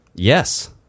Yes